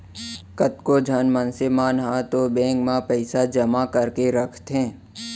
कतको झन मनसे मन ह तो बेंक म पइसा जमा कर करके रखथे